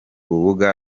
rubuga